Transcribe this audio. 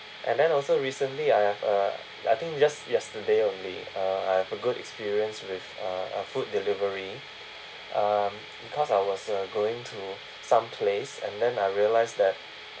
and then also recently I have a I think just yesterday only uh I have a good experience with uh a food delivery um because I was uh going to some place and then I realise that